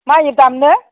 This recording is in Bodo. माइक दामनो